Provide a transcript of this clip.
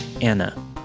Anna